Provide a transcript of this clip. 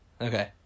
Okay